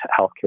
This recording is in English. healthcare